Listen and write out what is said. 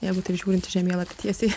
jeigu taip žiūrint į žemėlapį tiesiai